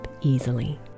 easily